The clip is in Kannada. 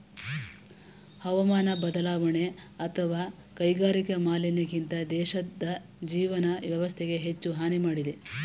ಹವಾಮಾನ ಬದಲಾವಣೆ ಅತ್ವ ಕೈಗಾರಿಕಾ ಮಾಲಿನ್ಯಕ್ಕಿಂತ ದೇಶದ್ ಜೀವನ ವ್ಯವಸ್ಥೆಗೆ ಹೆಚ್ಚು ಹಾನಿ ಮಾಡಿದೆ